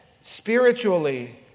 spiritually